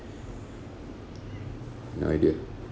no idea